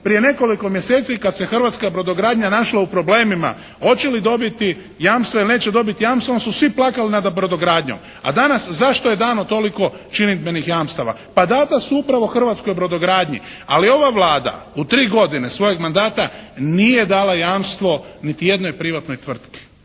prije nekoliko mjeseci kad se hrvatska brodogradnja našla u problemima hoće li dobiti jamstva ili neće dobiti jamstvo onda su svi plakali nad brodogradnjom. A danas zašto je dano toliko činidbenih jamstava? Pa dana su upravo hrvatskoj brodogradnji. Ali ova Vlada u tri godine svojeg mandata nije dala jamstvo niti jednoj privatnoj tvrtki.